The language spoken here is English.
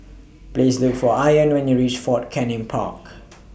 Please Look For Ione when YOU REACH Fort Canning Park